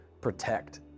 protect